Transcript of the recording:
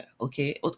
Okay